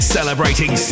Celebrating